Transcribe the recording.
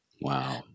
Wow